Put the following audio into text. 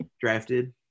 drafted